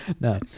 No